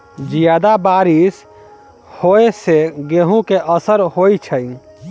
जियादा बारिश होइ सऽ गेंहूँ केँ असर होइ छै?